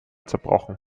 zerbrochen